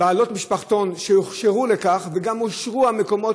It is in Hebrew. בעלות משפחתון שהוכשרו לכך וגם אושרו המקומות